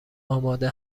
آماده